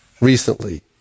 recently